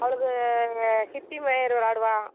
அவளுக்கு ஸ்கிப்பிங் கயிறு விளாடுவா